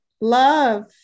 love